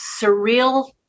surreal